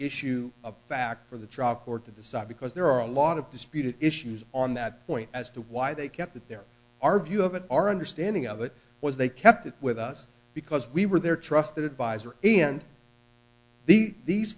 issue of fact for the truck or to the side because there are a lot of disputed issues on that point as to why they kept it there our view of it our understanding of it was they kept it with us because we were their trusted advisor and the